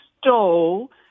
stole